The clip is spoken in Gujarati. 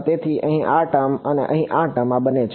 તેથી અહીં આ ટર્મ અને અહીં આ ટર્મ આ બંને છે